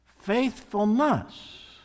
faithfulness